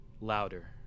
louder